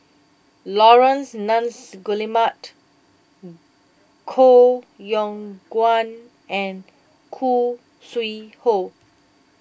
Laurence Nunns Guillemard Koh Yong Guan and Khoo Sui Hoe